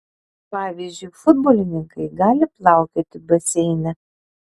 pavyzdžiui futbolininkai gali plaukioti baseine